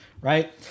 right